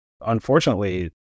Unfortunately